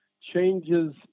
changes